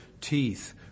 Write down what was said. teeth